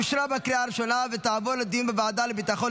אושרה בקריאה ראשונה ותעבור לדיון בוועדה לביטחון